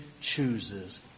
chooses